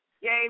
yay